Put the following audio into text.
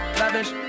lavish